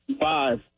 Five